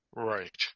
Right